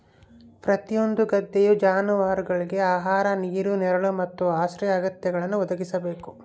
ಪ್ರತಿಯೊಂದು ಗದ್ದೆಯು ಜಾನುವಾರುಗುಳ್ಗೆ ಆಹಾರ ನೀರು ನೆರಳು ಮತ್ತು ಆಶ್ರಯ ಅಗತ್ಯಗಳನ್ನು ಒದಗಿಸಬೇಕು